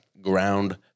ground